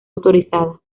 autorizada